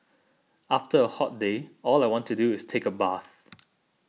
after a hot day all I want to do is take a bath